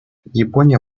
япония